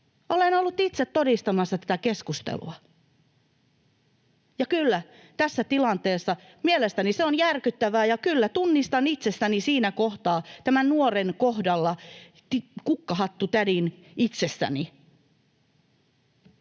Olen ollut itse todistamassa tätä keskustelua. Kyllä, tässä tilanteessa mielestäni se on järkyttävää, ja kyllä tunnistan itsessäni siinä kohtaa tämän nuoren kohdalla kukkahattutädin.